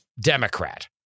Democrat